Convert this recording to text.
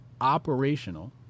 operational